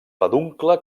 peduncle